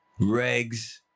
Regs